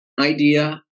idea